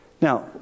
Now